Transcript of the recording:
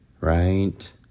Right